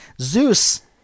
Zeus